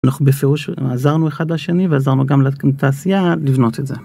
אנחנו בפירוש עזרנו אחד לשני ועזרנו גם לתעשייה לבנות את זה.